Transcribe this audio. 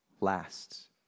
lasts